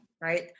right